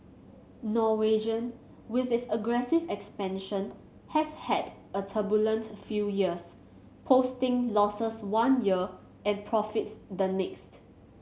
Norwegian with its aggressive expansion has had a turbulent few years posting losses one year and profits the next